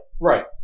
Right